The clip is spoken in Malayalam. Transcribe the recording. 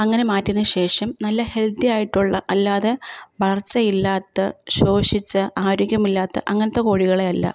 അങ്ങനെ മാറ്റിയതിനു ശേഷം നല്ല ഹെൽത്തിയായിട്ടുള്ള അല്ലാതെ വളർച്ച ഇല്ലാത്ത ശോഷിച്ച ആരോഗ്യമില്ലാത്ത അങ്ങനത്തെ കോഴികളെ അല്ല